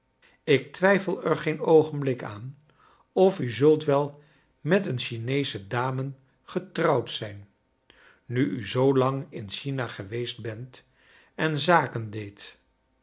ik twijfel er geen oogenblik aan of u zult wel met een chineesche dame getrouwd zijn nu u zoo lang in china geweest bent en zaken deedt